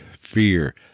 Fear